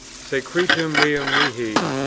secretum meum mihi,